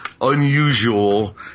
unusual